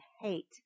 hate